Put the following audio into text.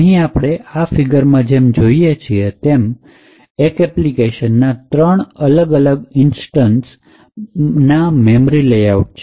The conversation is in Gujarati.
અહીં આપણે આ ફિગરમાં જે જોઈએ છીએ એ એક એપ્લિકેશન ના ત્રણ અલગ અલગ instance ના મેમરી લેઆઉટ છે